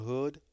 Hood